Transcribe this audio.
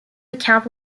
account